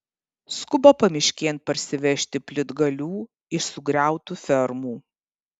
skuba pamiškėn parsivežti plytgalių iš sugriautų fermų